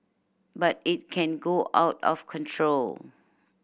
but it can go out of control